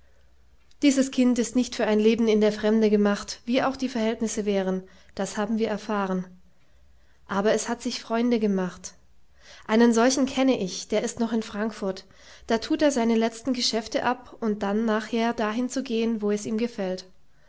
dieses kind ist nicht für ein leben in der fremde gemacht wie auch die verhältnisse wären das haben wir erfahren aber es hat sich freunde gemacht einen solchen kenne ich der ist noch in frankfurt da tut er seine letzten geschäfte ab um dann nachher dahin zu gehen wo es ihm gefällt